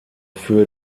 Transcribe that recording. für